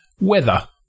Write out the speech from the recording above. Weather